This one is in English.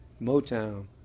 Motown